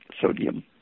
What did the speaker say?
sodium